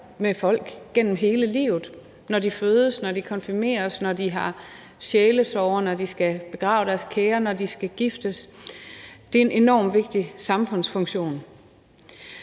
for folk gennem hele livet; når de fødes, når de konfirmeres, når de har sjælesorger, når de skal begrave deres kære, når de skal giftes. Det er en enormt vigtig samfundsfunktion.